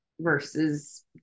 versus